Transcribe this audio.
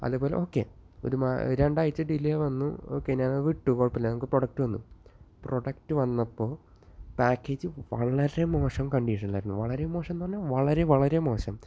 അതേപോലെ ഓക്കേ ഒരു മാ രണ്ടാഴ്ച്ച ഡിലേ വന്നു ഓക്കേ ഞാനത് വിട്ടു കുഴപ്പമില്ല നമുക്ക് പ്രൊഡക്റ്റ് വന്നു പ്രൊഡക്റ്റ് വന്നപ്പോൾ പാക്കേജ് വളരെ മോശം കണ്ടീഷനിലായിരുന്നു വളരെ മോശം എന്ന് പറഞ്ഞാൽ വളരെ വളരെ മോശം